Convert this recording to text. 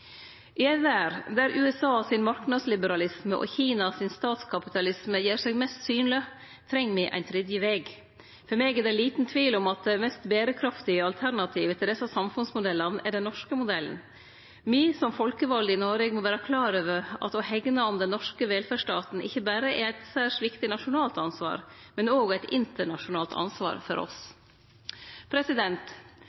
I ei verd der USAs marknadsliberalisme og Kinas statskapitalisme er mest synleg, treng me ein tredje veg. For meg er det liten tvil om at det mest berekraftige alternativet til desse samfunnsmodellane er den norske modellen. Me som folkevalde i Noreg må vere klar over at å hegne om den norske velferdsstaten ikkje berre er eit særs viktig nasjonalt ansvar, det er òg eit internasjonalt ansvar for oss.